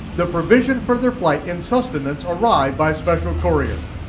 the provision for their flight, and sustenance, arrived by special courier.